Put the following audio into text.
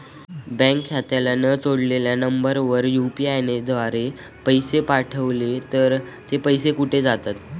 Bank खात्याला न जोडलेल्या नंबरवर यु.पी.आय द्वारे पैसे पाठवले तर ते पैसे कुठे जातात?